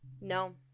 no